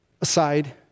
aside